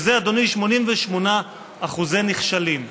שזה, אדוני, 88% נכשלים.